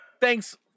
Thanks